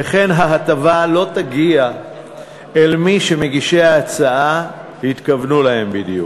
וכך ההטבה לא תגיע אל מי שמגישי ההצעה התכוונו להם בדיוק.